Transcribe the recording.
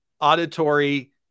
auditory